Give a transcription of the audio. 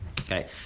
okay